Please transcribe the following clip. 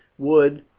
would,